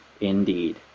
indeed